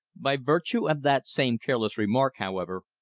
by virtue of that same careless remark, however,